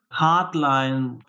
hardline